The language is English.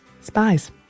spies